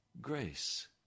grace